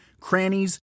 crannies